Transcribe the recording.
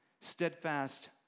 Steadfast